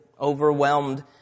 overwhelmed